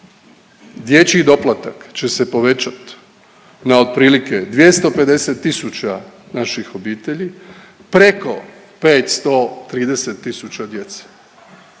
Dječji doplatak će se povećat na otprilike 250 tisuća naših obitelji preko 530 tisuća djece.